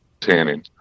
tanning